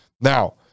Now